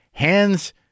Hands